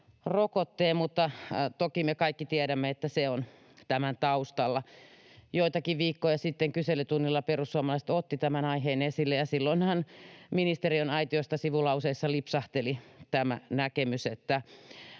mutta toki me kaikki tiedämme, että se on tämän taustalla. Joitakin viikkoja sitten kyselytunnilla perussuomalaiset ottivat tämän aiheen esille, ja silloinhan ministerien aitiosta sivulauseissa lipsahteli tämä näkemys,